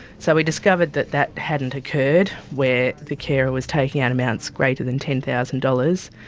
so we discovered that that hadn't occurred where the carer was taking out amounts greater than ten thousand dollars.